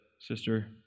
sister